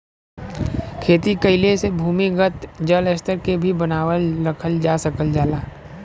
खेती कइले से भूमिगत जल स्तर के भी बनावल रखल जा सकल जाला